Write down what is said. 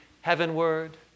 heavenward